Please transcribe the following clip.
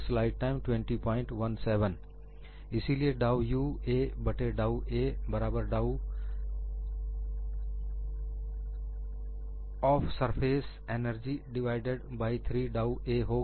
इसीलिए डाउ U a बट्टे डाउ a बराबर डाउ of surface energy divided by डाउ a होगा